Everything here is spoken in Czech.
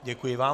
Děkuji vám.